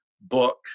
book